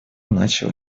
начало